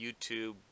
YouTube